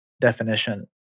definition